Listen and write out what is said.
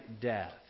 death